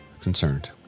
concerned